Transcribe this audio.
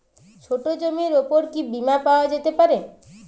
ছোট জমির উপর কি বীমা পাওয়া যেতে পারে?